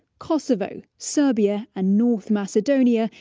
kosovo, serbia, and north macedonia,